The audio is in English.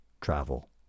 travel